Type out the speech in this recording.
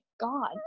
God